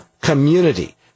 community